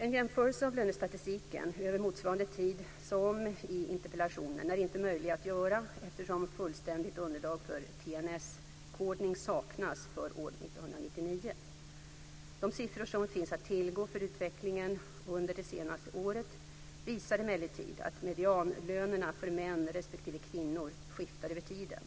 En jämförelse av lönestatistiken över motsvarande tid som i interpellationen är inte möjlig att göra eftersom fullständigt underlag för TNS-kodning saknas för år 1999. De siffror som finns att tillgå för utvecklingen under det senaste året visar emellertid att medianlönerna för män respektive kvinnor skiftar över tiden.